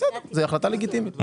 בסדר, זו החלטה לגיטימית.